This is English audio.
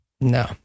No